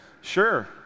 sure